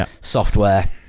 software